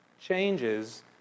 changes